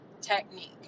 technique